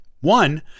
One